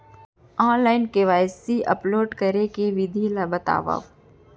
Online KYC upload करे के विधि ला बतावव?